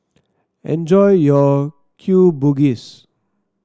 enjoy your Bugis